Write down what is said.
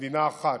כמדינה אחת,